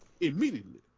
immediately